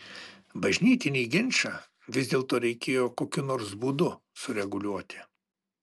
bažnytinį ginčą vis dėlto reikėjo kokiu nors būdu sureguliuoti